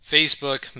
Facebook